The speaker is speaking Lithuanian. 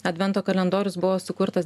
advento kalendorius buvo sukurtas